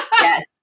yes